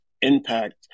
impact